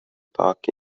park